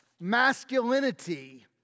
Masculinity